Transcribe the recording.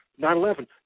9-11